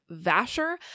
Vasher